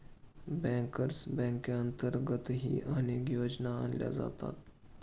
bankers बँकेअंतर्गतही अनेक योजना आणल्या जातात